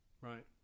Right